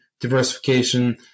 diversification